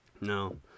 No